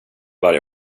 varje